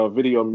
Video